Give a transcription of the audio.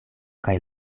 kaj